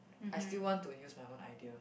I still want to use my own idea